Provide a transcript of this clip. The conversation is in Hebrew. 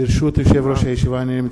הודעה לסגן מזכירת הכנסת.